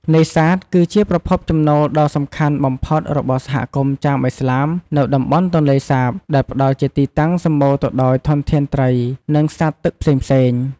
នេសាទ គឺជាប្រភពចំណូលដ៏សំខាន់បំផុតរបស់សហគមន៍ចាមឥស្លាមនៅតំបន់ទន្លេសាប ដែលផ្តល់ជាទីតាំងសម្បូរទៅដោយធនធានត្រី និងសត្វទឹកផ្សេងៗ។